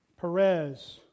Perez